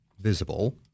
visible